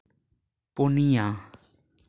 ᱯᱩᱱᱭᱟ